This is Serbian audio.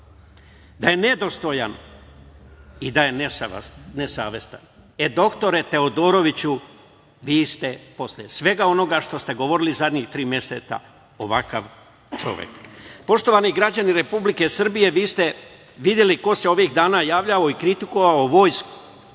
da nedostojan i da je nesavestan. E, doktore Teodoroviću, vi ste posle svega onoga što ste govorili zadnjih tri meseca ovakav čovek. Poštovani građani Republike Srbije, vi ste videli ko se ovih dana javljao i kritikovao Vojsku,